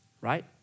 right